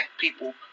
people